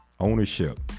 Ownership